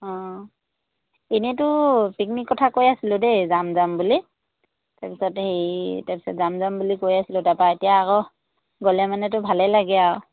অঁ এনেইতো পিকনিকৰ কথা কৈ আছিলোঁ দেই যাম যাম বুলি তাৰপিছত হেৰি তাৰপিছত যাম যাম বুলি কৈ আছিলোঁ তাৰপৰা এতিয়া আকৌ গ'লে মানেতো ভালেই লাগে আৰু